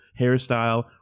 hairstyle